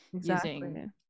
using